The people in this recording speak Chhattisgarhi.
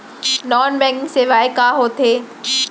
नॉन बैंकिंग सेवाएं का होथे